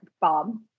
Bob